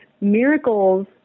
miracles